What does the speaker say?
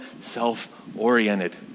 self-oriented